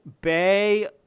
Bay